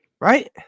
Right